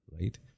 right